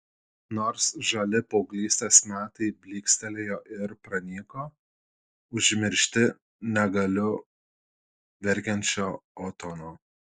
nors žali paauglystės metai blykstelėjo ir pranyko užmiršti negaliu verkiančio otono